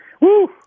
Woo